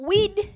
Weed